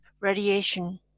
radiation